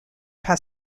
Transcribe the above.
par